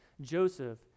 Joseph